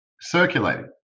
circulating